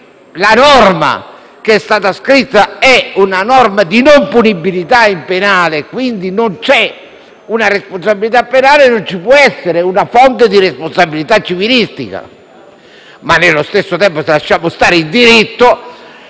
se quella che è stata scritta è una norma di non punibilità in campo penale e quindi non c'è una responsabilità penale, non ci può essere una fonte di responsabilità civilistica. Ma nello stesso tempo, anche se lasciamo stare il diritto,